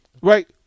Right